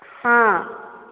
ହଁ